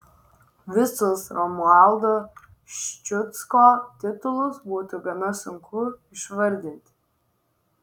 visus romualdo ščiucko titulus būtų gana sunku išvardinti